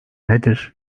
nedir